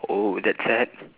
oh that's sad